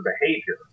behavior